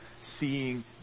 seeing